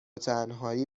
تنهایی